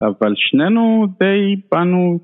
אבל שנינו די באנו